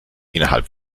innerhalb